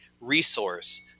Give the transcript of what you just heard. resource